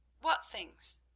what things?